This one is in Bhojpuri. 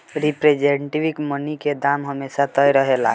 रिप्रेजेंटेटिव मनी के दाम हमेशा तय रहेला